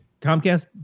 Comcast